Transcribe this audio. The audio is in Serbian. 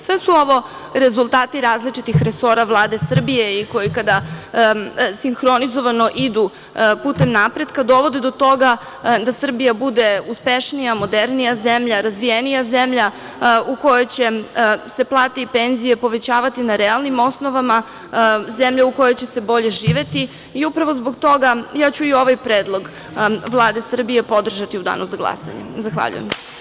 Sve su ovo rezultati rada različitih resora Vlade Srbije koji, kada sinhronizovano idu putem napretka, dovode do toga da Srbija bude uspešnija, modernija zemlja, razvijenija zemlja u kojoj će se plate i penzije povećavati na realnim osnovama, zemlja u kojoj će se bolje živeti i upravo zbog toga ću i ovaj predlog Vlade podržati u danu za glasanje.